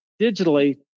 digitally